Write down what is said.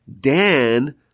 Dan